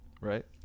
Right